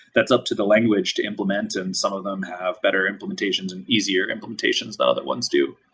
that's up to the language to implement and some of them have better implementations and easier implementations that other ones do.